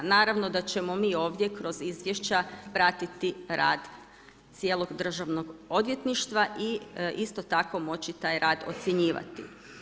Naravno da ćemo mi ovdje kroz izvješća pratiti rad cijelog državnog odvjetništva i isto tako moći taj rad ocjenjivati.